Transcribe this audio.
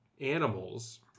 animals